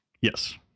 yes